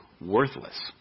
worthless